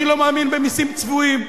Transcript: אני לא מאמין במסים צבועים,